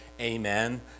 amen